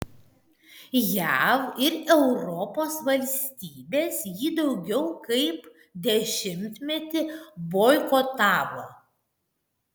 jav ir europos valstybės jį daugiau kaip dešimtmetį boikotavo